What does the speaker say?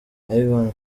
ivan